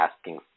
asking